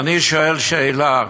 ואני שואל שאלה: